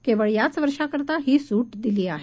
केवळ याच वर्षाकरता ही सूट दिली आहे